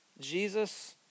Jesus